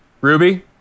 ruby